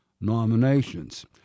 nominations